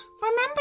remember